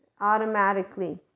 automatically